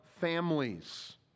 families